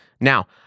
Now